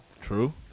True